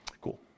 Cool